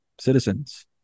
citizens